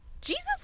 Jesus